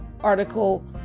article